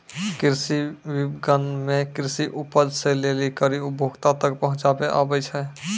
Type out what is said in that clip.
कृषि विपणन मे कृषि उपज से लै करी उपभोक्ता तक पहुचाबै आबै छै